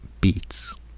beats